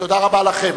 תודה רבה לכם.